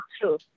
true